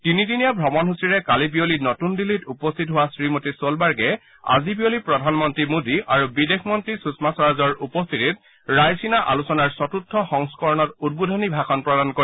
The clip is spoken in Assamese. তিনিদিনীয়া ভ্ৰমণ সূচীৰে কালি বিয়লি নতুন দিল্লীত উপস্থিত হোৱা শ্ৰীমতী ছোলবাৰ্গে আজি বিয়লি প্ৰধানমন্ত্ৰী মোডী আৰু বিদেশমন্ত্ৰী সুষমা স্বৰাজৰ উপস্থিতিত ৰায়ছিনা আলোচনাৰ চতুৰ্থ সংস্কৰণত উদ্বোধনী ভাষণ প্ৰদান কৰিব